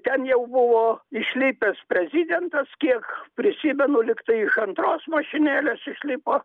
ten jau buvo išlipęs prezidentas kiek prisimenu tiktai iš antros mašinėlės išlipo